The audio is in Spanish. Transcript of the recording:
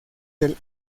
del